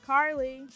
Carly